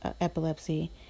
Epilepsy